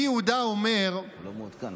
הוא לא מעודכן.